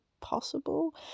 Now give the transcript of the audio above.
possible